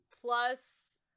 Plus